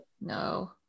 no